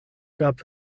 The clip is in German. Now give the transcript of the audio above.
gab